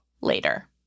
later